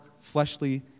fleshly